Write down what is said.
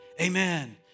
Amen